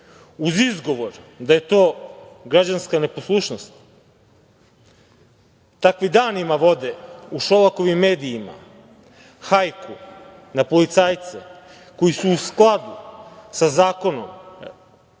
uz izgovor da je to građanska neposlušnost. Takvi danima vode u Šolakovim medijima hajku na policajce koji su u skladu sa zakonom